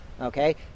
okay